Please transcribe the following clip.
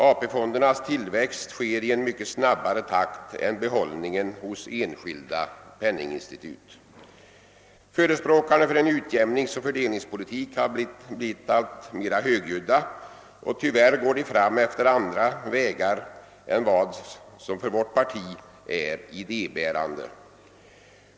AP-fondernas tillväxt sker i mycket snabbare takt än behållningen hos enskilda penninginstitut. Förespråkarna för en utjämningsoch fördelningspolitik har blivit alltmera högljudda, och tyvärr går de fram efter andra vägar än vad som för vårt parti är idébärande.